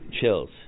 chills